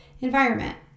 Environment